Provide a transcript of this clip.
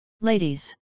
ladies